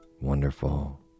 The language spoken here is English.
wonderful